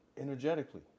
energetically